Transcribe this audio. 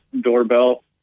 doorbell